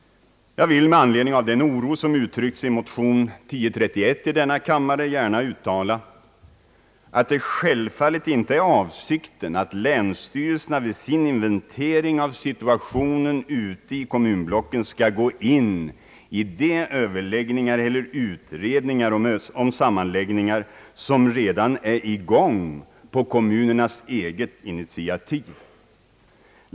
Jag vill med anledning av den oro som uttryckts motionen I:1031 gärna uttala att det självfallet inte är avsikten att länsstyrelserna vid sin invente ring av situationen ute i kommunblocken skall gripa in i de överläggningar och utredningar om sammanläggningar som redan är i gång på kommunernas eget initiativ.